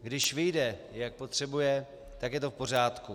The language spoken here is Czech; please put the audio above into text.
Když vyjde, jak potřebuje, tak je to v pořádku.